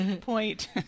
point